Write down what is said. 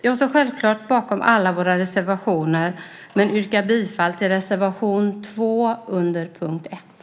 Jag står självfallet bakom alla våra reservationer, men yrkar bifall endast till reservation 2 under punkt 1.